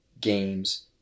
games